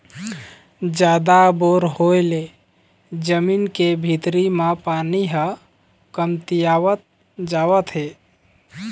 जादा बोर होय ले जमीन के भीतरी म पानी ह कमतियावत जावत हे